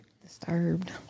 Disturbed